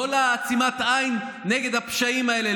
לעצימת עין נגד הפשעים האלה,